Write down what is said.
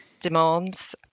demands